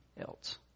else